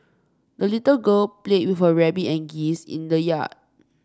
the little girl played with her rabbit and geese in the yard